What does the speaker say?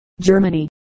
Germany